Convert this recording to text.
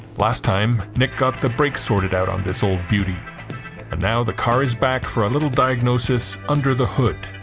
last time nick got the breaks sorted out on this old beauty and now the car is back for a little diagnosis under the hood